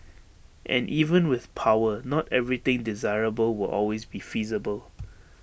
and even with power not everything desirable will always be feasible